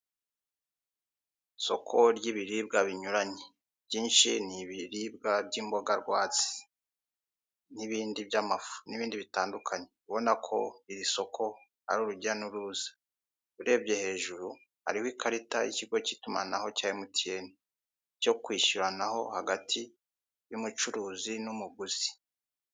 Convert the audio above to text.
Isoko ry'ibiribwa binyuranye. Byinshi ni ibiribwa by'imboga rwatsi, n'ibindi by'amafu n'ibindi bitandukanye. Ubona ko iri soko ari urujya n'uruza. Urebye hejuru hariho ikarita y'ikigo cy'itumanaho cya emutiyeni cyo kwishyuranaho hagati y'umucuruzi n'umuguzi.